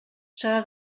serà